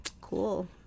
cool